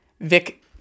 vic